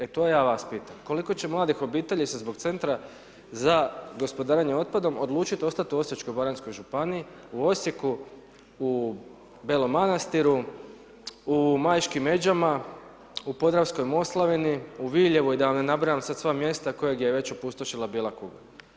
E to ja vas pitam, koliko će mladih obitelji se zbog Centra za gospodarenje otpadom odlučiti ostati u Osječko-baranjskoj županiji, u Osijeku, u Belom Manastiru, u Majškim Međama, u Podravskoj Moslavini, u Viljevu i da vam ne nabrajam sad sva mjesta koja je već opustošila bijela kuga.